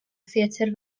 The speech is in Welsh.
theatr